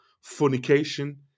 fornication